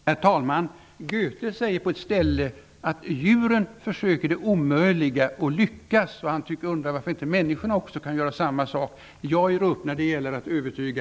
Herr talman! Goethe säger på ett ställe: Djuren försöker det omöjliga och lyckas. Han undrar varför inte också människorna kan göra samma sak. Jag ger upp när det gäller att övertyga